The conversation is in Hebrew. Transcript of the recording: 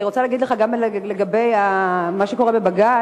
אני רוצה להגיד לך גם לגבי מה שקורה בבג"ץ,